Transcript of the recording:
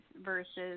versus